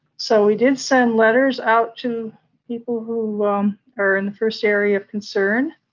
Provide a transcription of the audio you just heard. so we did send letters out to people who are in the first area of concern,